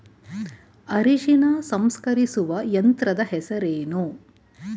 ಅರಿಶಿನ ಸಂಸ್ಕರಿಸುವ ಯಂತ್ರದ ಹೆಸರೇನು?